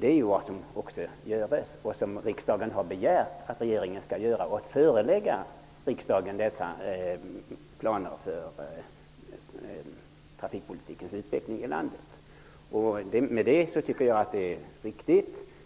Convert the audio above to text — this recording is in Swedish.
Det är också vad som görs och som riksdagen har begärt att regeringen skall göra och sedan förelägga riksdagen planer för trafikpolitikens utveckling i landet.